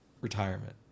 retirement